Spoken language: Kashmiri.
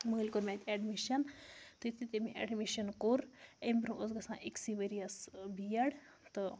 مٲلۍ کوٚر مےٚ اَتہِ اٮ۪ڈمِشَن تہٕ یُتھُے تٔمۍ مےٚ اٮ۪ڈمِشَن کوٚر امہِ بروںٛہہ ٲس گژھان أکۍسٕے ؤریَس بی اٮ۪ڈ تہٕ